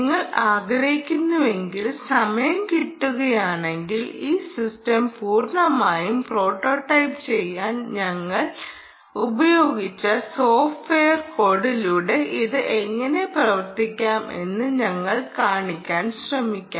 നിങ്ങൾ ആഗ്രഹിക്കുന്നുവെങ്കിൽ സമയം കിട്ടുകയാണെങ്കിൽ ഈ സിസ്റ്റം പൂർണ്ണമായും പ്രോട്ടോടൈപ്പ് ചെയ്യാൻ ഞങ്ങൾ ഉപയോഗിച്ച സോഫ്റ്റ്വെയർ കോഡിലൂടെ ഇത് എങ്ങനെ പ്രവർത്തിപ്പിക്കാം എന്ന് ഞങ്ങൾ കാണിക്കാൻ ശ്രമിക്കും